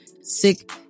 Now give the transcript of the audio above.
sick